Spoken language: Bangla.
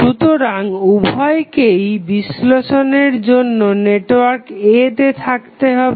সুতরাং উভয়কেই বিশ্লেষণের জন্য নেটওয়ার্ক A তে থাকতে হবে